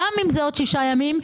גם אם הבחירות יהיו בעוד שישה ימים,